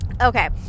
Okay